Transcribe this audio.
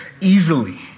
easily